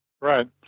Right